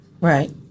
right